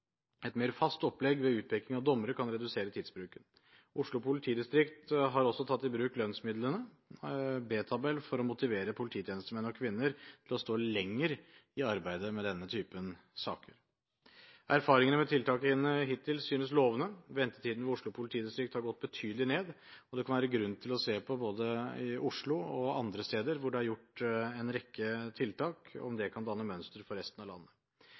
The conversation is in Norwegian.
Et mer fast opplegg ved utpeking av dommere kan redusere tidsbruken. Oslo politidistrikt har også tatt i bruk lønnsmidlene, B-tabell, for å motivere polititjenestemenn og -kvinner til å stå lenger i arbeidet med denne typen saker. Erfaringene med tiltakene hittil synes lovende. Ventetiden ved Oslo politidistrikt har gått betydelig ned. Det kan være grunn til å se på om både Oslo og andre steder, hvor det er gjort en rekke tiltak, kan danne mønster for resten av landet.